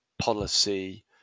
policy